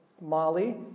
Molly